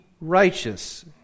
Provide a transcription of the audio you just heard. righteous